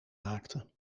maakte